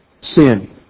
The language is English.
sin